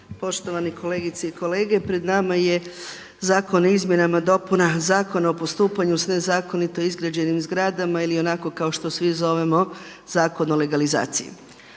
poštovane kolegice i kolege! Pred nama je Zakon o izmjenama i dopunama Zakona o postupanju s nezakonito izgrađenim zgradama ili onako kao što svi zovemo Zakon o legalizaciji.